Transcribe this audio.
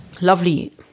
lovely